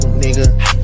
nigga